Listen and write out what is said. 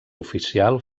oficial